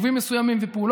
הכנסת)